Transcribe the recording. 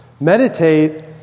meditate